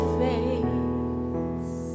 face